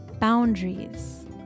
boundaries